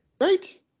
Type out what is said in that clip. Right